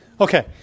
Okay